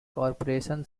corporation